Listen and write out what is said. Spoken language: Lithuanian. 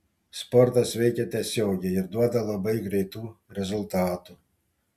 sportas veikia tiesiogiai ir duoda labai greitų rezultatų